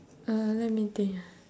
uh let me think ah